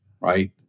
right